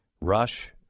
Rush